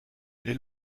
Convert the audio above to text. les